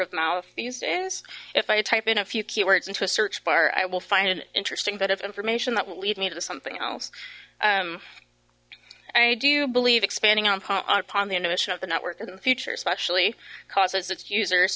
of mouth these days if i type in a few keywords into a search bar i will find an interesting bit of information that will lead me to something else i do believe expanding on upon the intuition of the network is in the future especially causes its users